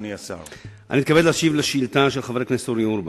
אני מתכבד להשיב על השאילתא של חבר הכנסת אורי אורבך.